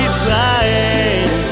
Israel